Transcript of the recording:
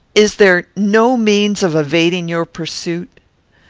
is there no means of evading your pursuit?